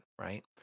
right